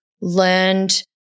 learned